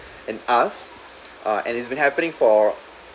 and us uh and it's been happening for